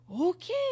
okay